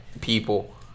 people